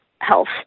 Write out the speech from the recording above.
health